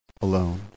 alone